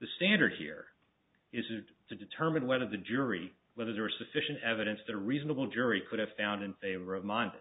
the standard here is it to determine whether the jury whether there is sufficient evidence that a reasonable jury could have found in favor of minds